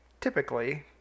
typically